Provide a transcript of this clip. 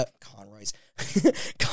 Conroy's